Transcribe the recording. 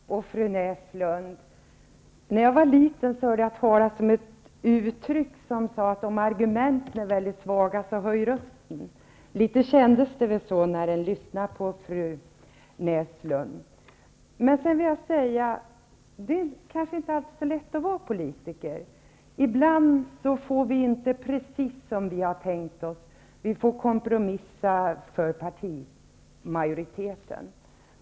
Herr talman! Fru Näslund! När jag var liten hörde jag talas om ett uttryck som sade: Om argumenten är väldigt svaga, så höj rösten! Litet kändes det väl så, när man lyssnade på fru Näslund. Det är kanske inte alltid så lätt att vara politiker. Ibland får vi inte precis som vi har tänkt oss, och vi får lov att kompromissa för partimajoriteten.